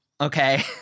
Okay